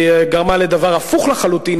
היא גרמה לדבר הפוך לחלוטין,